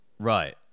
Right